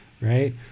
right